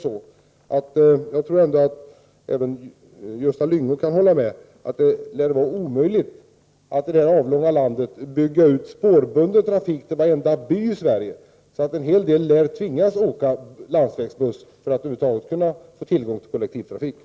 Sedan tror jag att även Gösta Lyngå kan hålla med om att det lär vara omöjligt att i vårt avlånga land bygga ut den spårbundna trafiken i en sådan omfattning att det går spår till varenda by. En hel del människor lär alltså vara tvungna att åka med landsvägsbuss för att över huvud taget få tillgång till kollektivtrafiken.